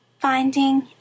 Finding